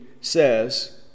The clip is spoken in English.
says